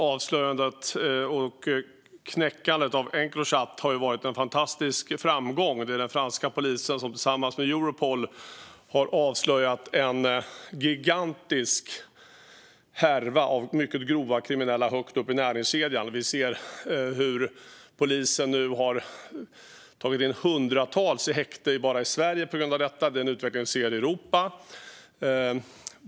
Avslöjandet och knäckandet av Encrochat har varit en fantastisk framgång. Den franska polisen har tillsammans med Europol avslöjat en gigantisk härva av mycket grovt kriminella högt upp i näringskedjan. Polisen har nu tagit in hundratals i häkte bara i Sverige på grund av detta, och det är en utveckling som vi ser i hela Europa.